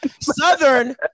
Southern